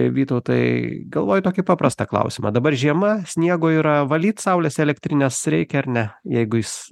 vytautai galvoju tokį paprastą klausimą dabar žiema sniego yra valyt saulės elektrines reikia ar ne jeigu jis